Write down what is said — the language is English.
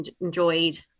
enjoyed